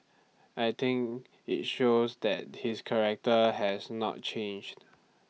I think IT shows that his character has not changed